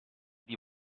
die